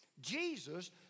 Jesus